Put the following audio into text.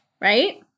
right